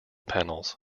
panels